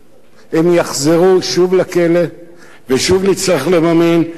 הם יחזרו שוב לכלא ושוב נצטרך לממן ושוב